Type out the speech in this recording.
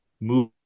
move